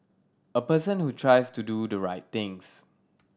a person who tries to do the right things